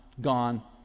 gone